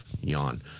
Yawn